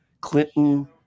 clinton